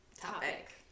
topic